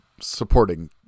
supporting